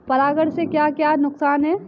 परागण से क्या क्या नुकसान हैं?